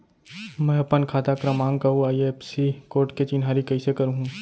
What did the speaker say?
मैं अपन खाता क्रमाँक अऊ आई.एफ.एस.सी कोड के चिन्हारी कइसे करहूँ?